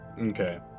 Okay